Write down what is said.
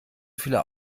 viele